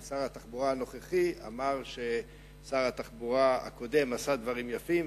כי שר התחבורה הנוכחי אמר ששר התחבורה הקודם עשה דברים יפים,